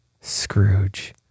Scrooge